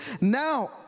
now